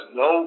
no